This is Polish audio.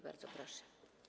Bardzo proszę.